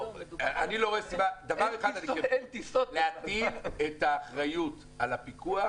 אני אומר דבר אחד, להטיל את האחריות על הפיקוח